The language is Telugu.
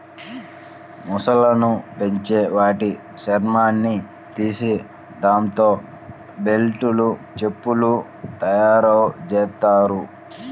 మొసళ్ళను పెంచి వాటి చర్మాన్ని తీసి దాంతో బెల్టులు, చెప్పులు తయ్యారుజెత్తారు